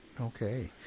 Okay